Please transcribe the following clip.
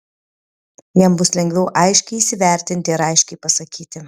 jam bus lengviau aiškiai įsivertinti ir aiškiai pasakyti